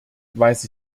weiß